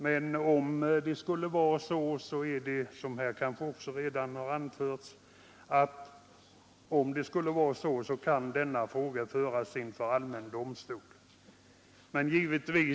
Men är det så kan frågan, som här också har sagts, föras inför allmän domstol.